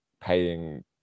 paying